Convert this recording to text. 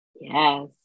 Yes